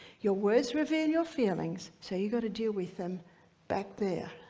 your words reveal your feelings, so you got to deal with them back there,